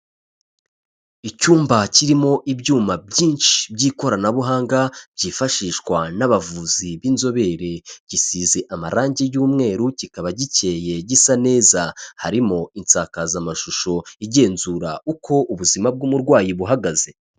Icyumba kirimo ibyuma byinshi by'ikoranabuhanga byifashishwa n'abavuzi b'inzobere, gisize amarangi y'umweru, kikaba gikeye, gisa neza, harimo insakazamashusho igenzura uko ubuzima bw'umurwayi buhagaze.